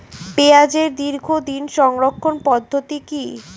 পেঁয়াজের দীর্ঘদিন সংরক্ষণ পদ্ধতি কি?